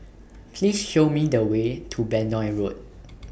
Please Show Me The Way to Benoi Road